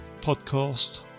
podcast